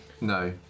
No